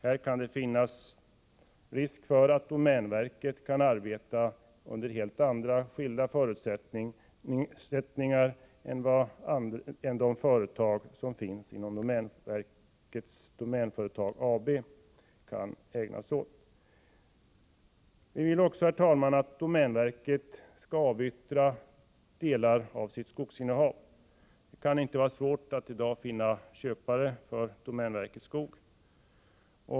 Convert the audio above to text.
Här kan det finnas risk för att domänverket kan arbeta under helt andra förutsättningar än föret Vi vill också, herr talman, att domänverket skall avyttra delar av sitt skogsinnehav. Det kan inte vara svårt att i dag finna köpare till domänverkets skog.